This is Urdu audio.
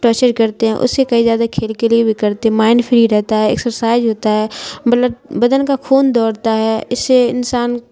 ٹارچر کرتے ہیں اس سے کئی زیادہ کھیل کے لیے بھی کرتے ہیں مائنڈ فری رہتا ہے ایکسرسائز ہوتا ہے بلڈ بدن کا خون دوڑتا ہے اس سے انسان